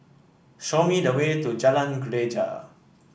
show me the way to Jalan Greja